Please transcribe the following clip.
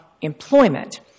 employment